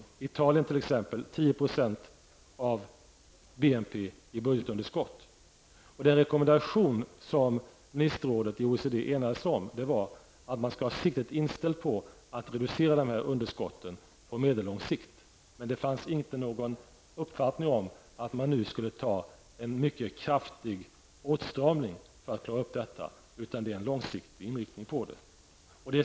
I Italien t.ex. har man ett budgetunderskott om 10 % av OECD enades om var att man skall ha siktet inställt på att reducera de här underskotten på medellång sikt. Men det fanns inte någon uppfattning om att man nu skulle ha en mycket kraftig åtstramning för att klara upp detta. I stället får man ha en långsiktig inriktning.